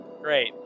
Great